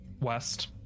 west